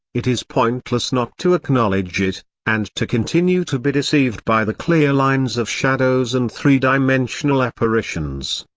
it is pointless not to acknowledge it, and to continue to be deceived by the clear lines of shadows and three-dimensional apparitions.